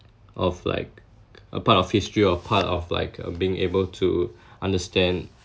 of like a part of history or part of like uh being able to understand